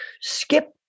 Skip